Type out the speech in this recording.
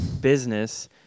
business